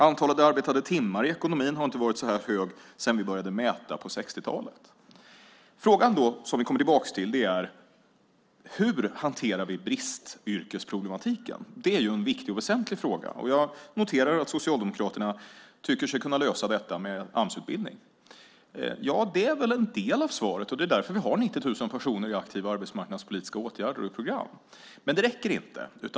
Antalet arbetade timmar i ekonomin har inte varit så här stort sedan vi började mäta på 60-talet. Frågan som vi kommer tillbaka till är hur vi hanterar bristyrkesproblematiken. Det är en viktig och väsentlig fråga. Jag noterar att Socialdemokraterna tycker sig kunna lösa detta med Amsutbildning. Det är väl en del av svaret. Det är därför vi har 90 000 personer i aktiva arbetsmarknadspolitiska åtgärder och program. Men det räcker inte.